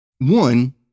one